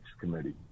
committee